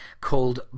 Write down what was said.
called